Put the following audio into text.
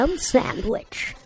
Sandwich